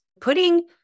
putting